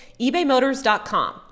eBayMotors.com